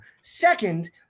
Second